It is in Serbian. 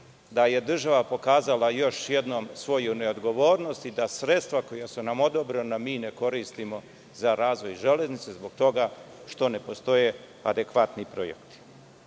da je država pokazala još jednom svoju odgovornost i da sredstva koja su nam odobrena mi ne koristimo za razvoj železnice zbog toga što ne postoje adekvatni projekti. Da